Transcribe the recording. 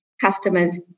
customers